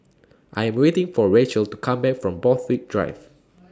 I Am waiting For Racheal to Come Back from Borthwick Drive